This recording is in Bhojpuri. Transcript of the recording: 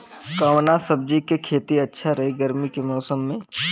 कवना सब्जी के खेती अच्छा रही गर्मी के मौसम में?